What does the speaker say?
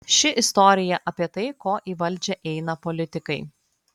ši istorija apie tai ko į valdžią eina politikai